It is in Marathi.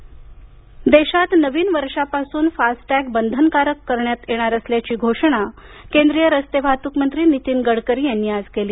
फास्टॅग देशात नवीन वर्षापासून फास्टॅग बंधनकारक करण्यात येणार असल्याची घोषणा केंद्रीय रस्ते वाहतूक मंत्री नितीन गडकरी यांनी आज केली